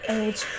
age